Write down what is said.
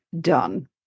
done